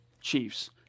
Chiefs